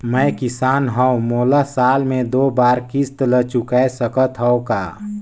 मैं किसान हव मोला साल मे दो बार किस्त ल चुकाय सकत हव का?